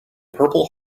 purple